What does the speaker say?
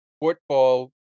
football